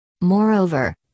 Moreover